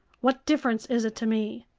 what difference is it to me?